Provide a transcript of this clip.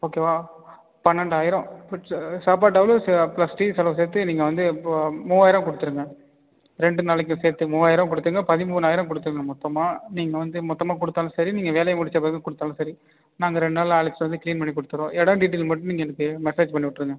ஓகேவா பனண்டாயிரம் ஃபுட்ஸ்ஸு சாப்பாட்டு அளவும் சே ப்ளஸ் டீ செலவு சேர்த்து நீங்கள் வந்து போ மூவாயிரம் கொடுத்துருங்க ரெண்டு நாளைக்கும் சேர்த்து மூவாயிரம் கொடுத்திங்னா பதிமூணாயிரம் கொடுத்துருங்க மொத்தமா நீங்கள் வந்து மொத்தமாக கொடுத்தாலும் சரி நீங்கள் வேலையை முடிச்ச பிறகு கொடுத்தாலும் சரி நாங்கள் ரெண் நாள் ஆள் வந்து க்ளீன் பண்ணி கொடுத்துறோம் இடோம் டீட்டெயில் மட்டும் நீங்கள் எனக்கு மெசேஜ் பண்ணி விட்ருங்க